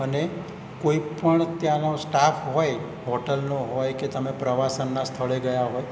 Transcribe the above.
અને કોઈ પણ ત્યાંનો સ્ટાફ હોય હોટલનો હોય કે તમે પ્રવાસનના સ્થળે ગયા હોય